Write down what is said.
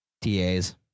TAs